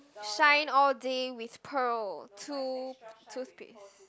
shine all day with pearl too~ toothpaste